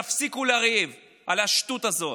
תפסיקו לריב על השטות הזאת.